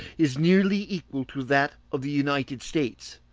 is nearly equal to that of the united states,